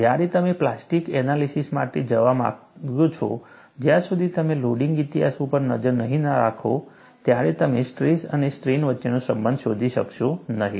જ્યારે તમે plastic analysis માટે જવા માંગો છો જ્યાં સુધી તમે લોડિંગ ઇતિહાસ ઉપર નજર નહીં રાખો ત્યારે તમે સ્ટ્રેસ અને સ્ટ્રેઇન વચ્ચેનો સંબંધ શોધી શકશો નહીં